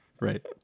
Right